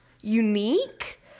unique